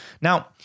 Now